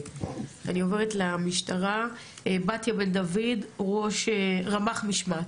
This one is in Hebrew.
אני עוברת למשטרה, בתיה בן דוד, רמ"ח משמעת.